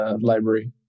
library